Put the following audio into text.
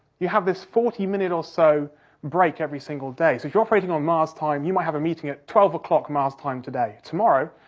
you have this forty minute or so break every single day. so, if you're operating on mars time, you might have a meeting at twelve o'clock mars time today, tomorrow,